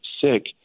sick